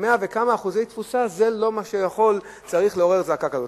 100% ומשהו תפוסה זה לא מה שיכול וצריך לעורר זעקה כזאת.